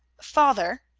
father,